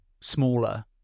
smaller